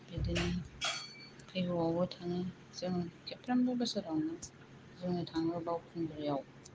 बिदिनो फैगौआवबो थाङो जोङो खेबफ्रोमबो बोसोरावनो जोङो थाङो बावखुंग्रियाव